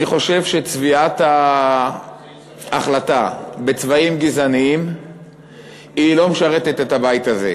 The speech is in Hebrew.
אני חושב שצביעת ההחלטה בצבעים גזעניים לא משרתת את הבית הזה.